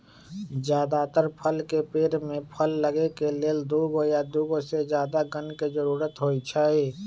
जदातर फल के पेड़ में फल लगे के लेल दुगो या दुगो से जादा गण के जरूरत होई छई